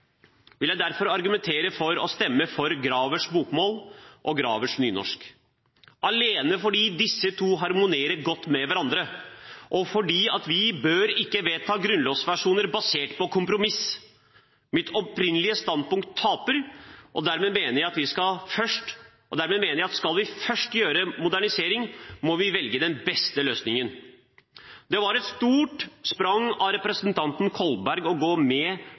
vil jeg derfor argumentere for å stemme for Gravers bokmål og Gravers nynorsk – alene fordi disse to harmonerer godt med hverandre, og fordi vi ikke bør vedta grunnlovsversjoner basert på kompromiss. Mitt opprinnelige standpunkt taper, og dermed mener jeg at skal vi først gjøre modernisering, må vi velge den beste løsningen. Det var et stort sprang av representanten Kolberg å gå med